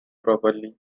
properly